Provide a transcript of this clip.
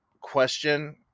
question